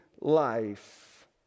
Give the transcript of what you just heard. life